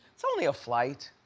it's only a flight.